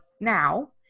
now